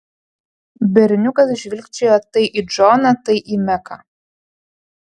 berniukas žvilgčiojo tai į džoną tai į meką